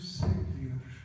savior